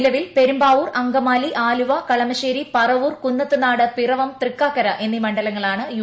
നിലവിൽ പെരുമ്പാവൂർ അങ്കമാലി ആലുവ കളമശ്ശേരി പറവൂർ കുന്നത്തുനാട്പിറവംതൃക്കാക്കര എന്നി മണ്ഡലങ്ങളാണ് യു